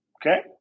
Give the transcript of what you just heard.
okay